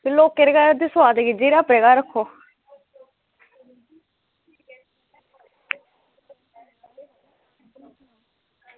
ते लोकें घर सोआद गिज्झे दे ते अपने घर रक्खो